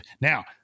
Now